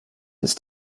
ist